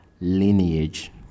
lineage